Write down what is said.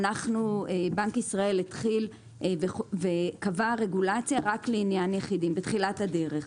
בנק ישראל קבע רגולציה רק לעניין יחידים בתחילת הדרך.